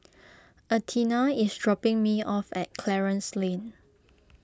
Athena is dropping me off at Clarence Lane